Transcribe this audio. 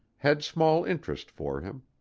had small interest for him.